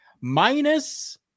minus